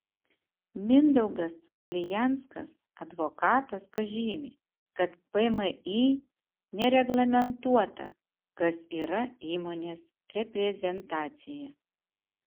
mindaugas palijanskas advokatas pažymi kad pmį nereglamentuota kas yra įmonės reprezentacija